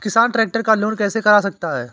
किसान ट्रैक्टर का लोन कैसे करा सकता है?